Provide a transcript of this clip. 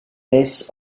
this